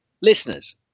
Listeners